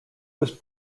was